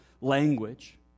language